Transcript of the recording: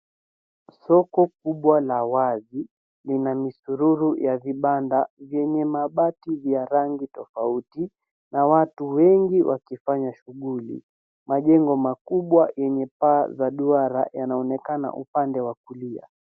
Soko kubwa la wazi lina misururu ya vibanda vyenye mabati ya rangi tofauti na watu wengi wakifanya shuguli. Majengo makubwa yenye paa za duara yanaonekana upande wa kulia.